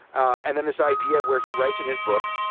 and then this idea where he writes in his book,